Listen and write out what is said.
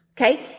Okay